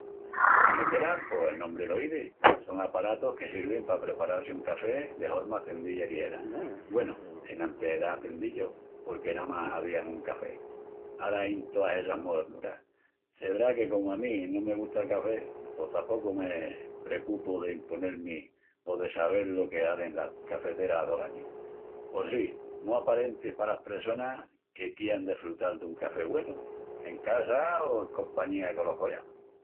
Las cafeteras pos el nombri lo izi. Son aparatus que sirvin pa preparal-si un café de horma cenzilla i ligera. Güenu, enantis era cenzillu porque namás hazían un café, ara ain toas essas moernuras. Sedrá que comu a mí no me gusta el café pos tapocu me precupu d'imponel-mi o de sabel lo que hazin las cafeteras d'ogañu. Pos sí, mu aparentis palas pressonas que quian desfrutal dun café güenu en casa o en compañía colos collaçus.